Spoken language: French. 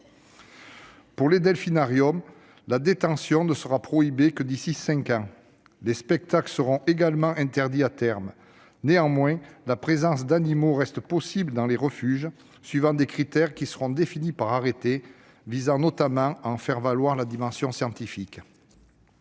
Dans les delphinariums, la détention de dauphins ne sera prohibée que d'ici à cinq ans. Les spectacles seront également interdits à terme. Néanmoins, la présence d'animaux reste possible dans les refuges, suivant des critères qui seront définis par arrêté, afin notamment de faire valoir leur dimension scientifique.